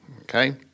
okay